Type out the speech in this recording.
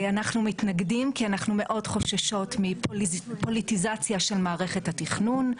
אנחנו מתנגדים כי אנחנו מאוד חוששות מפוליטיזציה של מערכת התכנון.